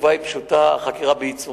התשובה היא פשוטה: החקירה בעיצומה,